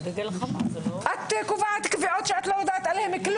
את קובעת קביעות שאת לא יודעת עליהן כלום.